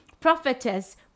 prophetess